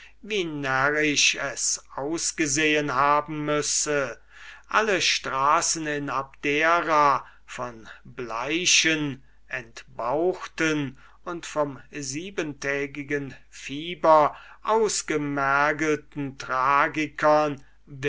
wie närrisch es ausgesehen haben müsse alle straßen in abdera von bleichen entbauchten und vom siebentägigen fieber ausgemergelten tragikern